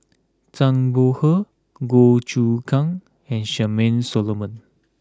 Zhang Bohe Goh Choon Kang and Charmaine Solomon